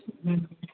ਹਮ